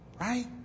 Right